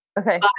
Okay